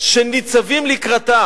שניצבים לקראתה?